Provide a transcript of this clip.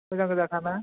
मोजां गोजाखा ना